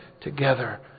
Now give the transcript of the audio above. together